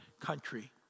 country